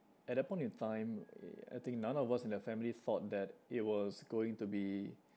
at that point in time i~ I think none of us in the family thought that it was going to be